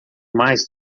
mais